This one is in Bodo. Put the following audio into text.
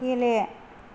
गेले